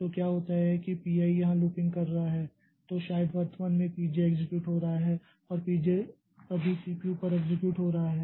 तो क्या होता है की P i यहाँ लूपिंग कर रहा हैं तो शायद वर्तमान में P j एक्सेक्यूट हो रहा है और P j अभी CPU पर एक्सेक्यूट हो रहा है